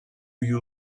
you